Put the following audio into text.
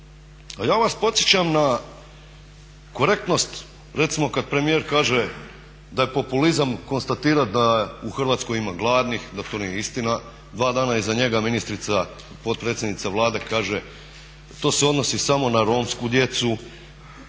ja vas podsjećam na korektnost recimo kad premijer kaže da je populizam konstatira da u Hrvatskoj ima gladnih, da to nije istina. Dva dana iza njega ministrica, potpredsjednica Vlade kaže to se odnosi samo na romsku djecu